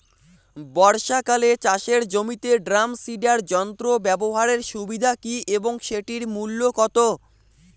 বর্ষাকালে চাষের জমিতে ড্রাম সিডার যন্ত্র ব্যবহারের সুবিধা কী এবং সেটির মূল্য কত?